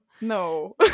No